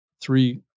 three